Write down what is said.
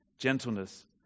gentleness